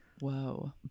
whoa